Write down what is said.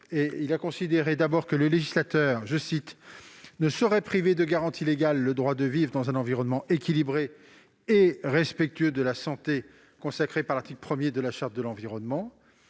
il a considéré que le législateur « ne saurait priver de garanties légales le droit de vivre dans un environnement équilibré et respectueux de la santé consacré par l'article 1 de la Charte de l'environnement